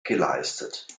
geleistet